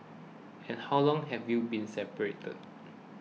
and how long have you been separated